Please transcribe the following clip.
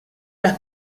les